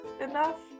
enough